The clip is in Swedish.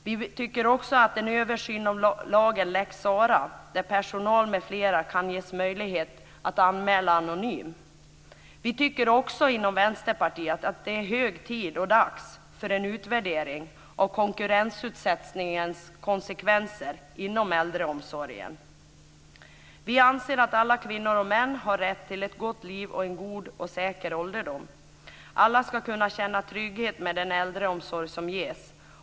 Vi tycker att en översyn av lagen lex Sarah, där personal m.fl. kan ges möjlighet att anmäla anonymt, är viktig. Vänsterpartiet tycker också att det är hög tid och dags för en utvärdering av konkurrensutsättningens konsekvenser inom äldreomsorgen. Vi anser att alla kvinnor och män har rätt till ett gott liv och en god och säker ålderdom. Alla ska kunna känna trygghet med den äldreomsorg som ges.